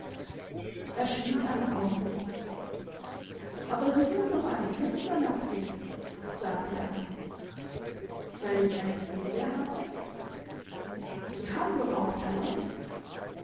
er schwieg einen augenblick aber sie sind doch eine künstlernatur sagte er dann weil ich eine seele habe sie haben doch auch talent